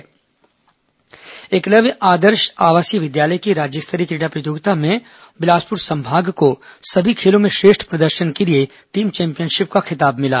क्रीड़ा प्रतियोगिता एकलव्य आदर्श आवासीय विद्यालय की राज्य स्तरीय क्रीड़ा प्रतियोगिता में बिलासपुर संभाग को सभी खेलों में श्रेष्ठ प्रदर्शन के लिए टीम चैंपियनशिप का खिताब मिला